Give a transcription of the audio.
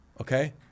okay